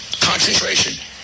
concentration